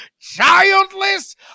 childless